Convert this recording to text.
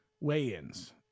weigh-ins